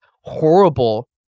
horrible